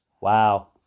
Wow